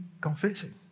confessing